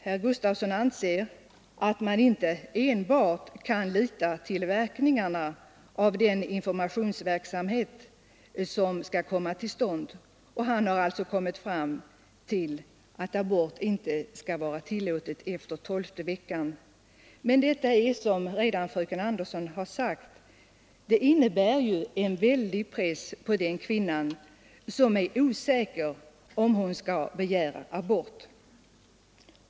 Herr Gustavsson i Alvesta anser att man inte enbart kan lita till verkningarna av den informativa verksamheten, och han har kommit fram till att abort inte skall vara tillåten efter tolfte veckan. Men detta innebär — som fröken Andersson redan sagt — en väldig press på en kvinna som är osäker om hon skall begära abort.